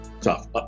tough